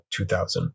2000